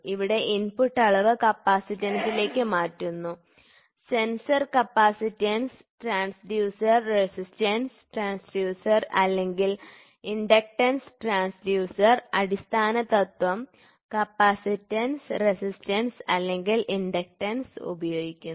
ഇവിടെ ഇൻപുട്ട് അളവ് കപ്പാസിറ്റൻസിലേക്ക് മാറ്റുന്നു sensor capacitance transducer resistance transducer അല്ലെങ്കിൽ ഇൻഡക്റ്റൻസ് ട്രാൻസ്ഡ്യൂസർ അടിസ്ഥാന തത്വം കപ്പാസിറ്റൻസ് റെസിസ്റ്റൻസ് അല്ലെങ്കിൽ ഇൻഡക്റ്റൻസ് ഉപയോഗിക്കുന്നു